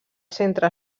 centre